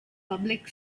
public